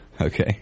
okay